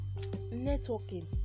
networking